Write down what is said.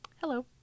Hello